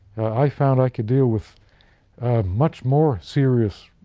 i found i could deal with much more serious,